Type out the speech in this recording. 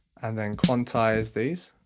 and then quantize these.